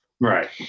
Right